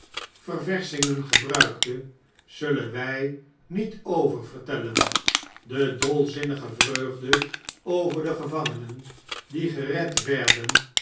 ververschingen gebruikte zullen wjj niet oververtellen dedolzinnige vreugde over de gevangenen die gered werden